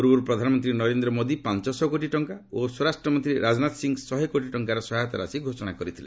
ପୂର୍ବରୁ ପ୍ରଧାନମନ୍ତ୍ରୀ ନରେନ୍ଦ୍ର ମୋଦି ପାଞ୍ଚଶହ କୋଟି ଟଙ୍କା ଓ ସ୍ୱରାଷ୍ଟମନ୍ତ୍ରୀ ରାଜନାଥ ସିଂହ ଶହେ କୋଟି ଟଙ୍କାର ସହାୟତା ରାଶି ଘୋଷଣା କରିଥିଲେ